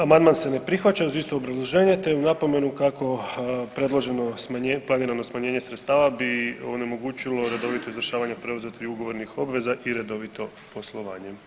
Amandman se ne prihvaća uz isto obrazloženje te uz napomenu kako planirano smanjenje sredstava bi onemogućilo redovito izvršavanje preuzeti ugovornih obveza i redovito poslovanje.